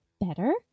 better